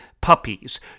puppies